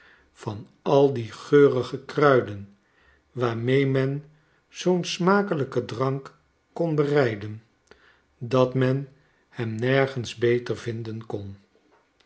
van al die geurige kruiden waarmee men zoo'n smakelijken drank kon bereiden dat men hem nergens beteiwinden kon